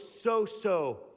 so-so